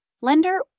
lender